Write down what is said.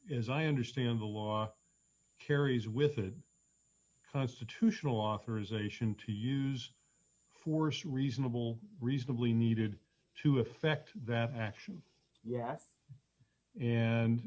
as i understand the law carries with it a constitutional authorization to use force reasonable reasonably needed to effect that action yet and